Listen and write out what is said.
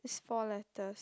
is four letters